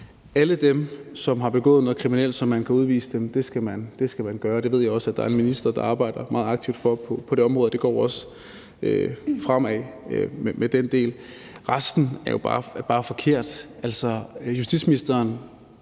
alle dem, som har begået noget kriminelt, så man kan udvise dem, skal man udvise. Det ved jeg også at der er en minister der arbejder meget aktivt for på det område. Det går også fremad med den del. Resten er jo bare forkert. Justitsministeren